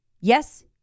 Yes